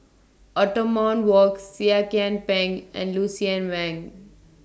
Othman Wok Seah Kian Peng and Lucien Wang